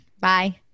Bye